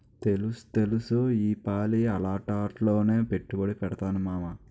తెలుస్తెలుసు ఈపాలి అలాటాట్లోనే పెట్టుబడి పెడతాను మావా